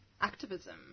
activism